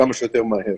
כמה שיותר מהר.